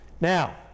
Now